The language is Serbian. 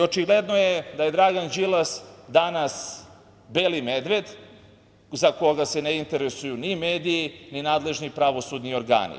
Očigledno je da je Dragan Đilas danas „beli medved“, za koga se ne interesuju ni mediji, ni nadležni pravosudni organi.